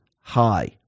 high